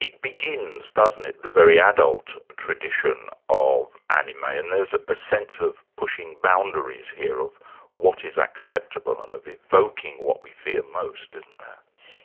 it begins, doesn't it, the very adult tradition of anime, and there's a sense of pushing boundaries here, of what is acceptable and of evoking what we fear most, isn't it.